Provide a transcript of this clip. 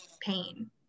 pain